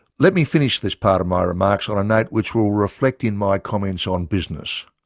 let me finish this part of my remarks on a note which will reflect in my comments on business.